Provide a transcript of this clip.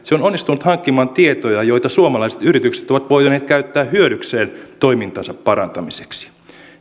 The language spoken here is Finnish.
onnistunut hankkimaan tietoja joita suomalaiset yritykset ovat voineet käyttää hyödykseen toimintansa parantamiseksi